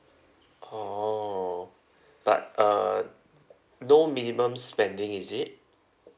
oh but uh no minimum spending is it